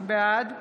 בעד